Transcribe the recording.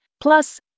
plus